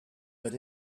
but